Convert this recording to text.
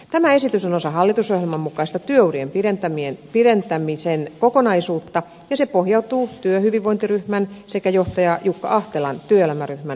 tämä esitys on osa hallitusohjelman mukaista työurien pidentämisen kokonaisuutta ja se pohjautuu työhyvinvointiryhmän sekä johtaja jukka ahtelan työelämäryhmän linjauksiin